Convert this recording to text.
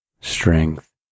strength